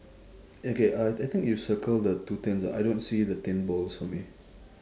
okay I I think you circle the two pins lah I don't see the pinballs for me